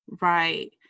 right